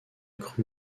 cru